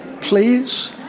please